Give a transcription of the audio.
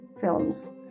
films